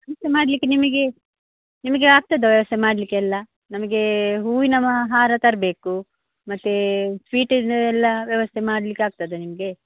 ವ್ಯವಸ್ಥೆ ಮಾಡಲಿಕ್ಕೆ ನಿಮಗೆ ನಿಮಗೆ ಆಗ್ತದಾ ವ್ಯವಸ್ಥೆ ಮಾಡಲಿಕ್ಕೆ ಎಲ್ಲಾ ನಮಗೆ ಹೂವಿನ ಮ ಹಾರ ತರಬೇಕು ಮತ್ತೆ ಸ್ವೀಟಿಂದು ಎಲ್ಲ ವ್ಯವಸ್ಥೆ ಮಾಡ್ಲಿಕ್ಕೆ ಆಗ್ತದಾ ನಿಮಗೆ